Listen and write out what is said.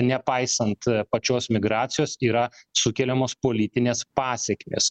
nepaisant pačios migracijos yra sukeliamos politinės pasekmės